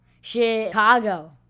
Chicago